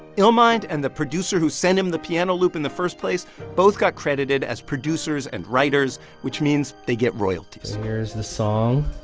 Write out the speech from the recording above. illmind and the producer who sent him the piano loop in the first place both got credited credited as producers and writers, which means they get royalties here's the song.